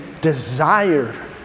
desire